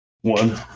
one